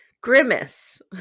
Grimace